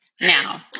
now